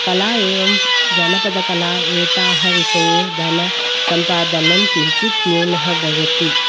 कला एवं जनपदकला एताः विषये धनसम्पादनं किञ्चित् न्यूनः भवति